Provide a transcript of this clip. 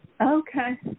Okay